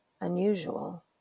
Unusual